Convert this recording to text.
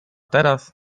teraz